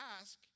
ask